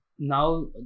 now